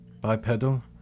bipedal